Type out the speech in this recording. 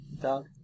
Dog